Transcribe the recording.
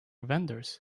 vendors